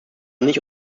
nicht